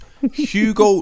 Hugo